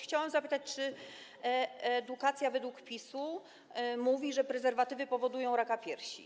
Chciałabym zapytać, czy edukacja według PiS-u mówi to, że prezerwatywy powodują raka piersi.